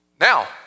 Now